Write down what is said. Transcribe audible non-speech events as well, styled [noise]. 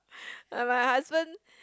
[breath] like my husband